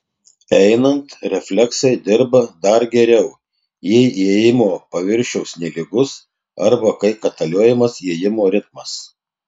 einant refleksai dirba dar geriau jei ėjimo paviršius nelygus arba kai kaitaliojamas ėjimo ritmas